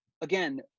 Again